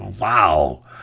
Wow